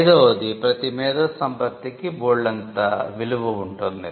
అయిదవది ప్రతి మేధో సంపత్తికి బోల్డంత విలువ ఉంటుంది